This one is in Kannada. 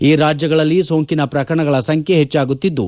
ಈ ರಾಜ್ಯಗಳಲ್ಲಿ ಸೋಂಕಿನ ಪ್ರಕರಣಗಳ ಸಂಖ್ಯೆ ಹೆಚ್ಚಾಗುತ್ತಿದ್ದು